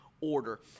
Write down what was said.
order